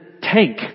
tank